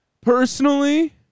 Personally